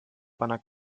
pana